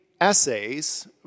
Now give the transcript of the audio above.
essays